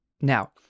Now